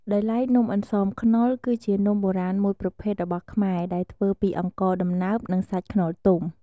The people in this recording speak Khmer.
ដោយឡែកនំអន្សមខ្នុរ គឺជានំបុរាណមួយប្រភេទរបស់ខ្មែរ ដែលធ្វើពីអង្ករដំណើបនិងសាច់ខ្នុរទុំ។